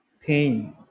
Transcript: pain